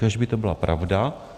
Kéž by to byla pravda.